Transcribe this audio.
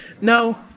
no